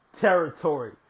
territory